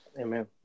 Amen